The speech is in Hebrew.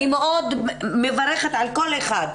אני מאוד מברכת על כל אחד.